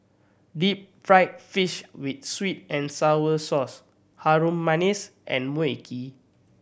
deep fried fish with sweet and sour sauce Harum Manis and Mui Kee